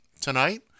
tonight